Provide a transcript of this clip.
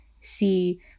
see